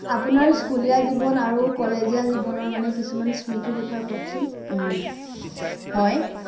আপোনাৰ স্কুলীয়া জীৱন আৰু কলেজীয়া জীৱনৰ মানে কিছুমান স্মৃতিৰ বিষয়ে কওকচোন হয়